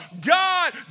God